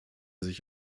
sich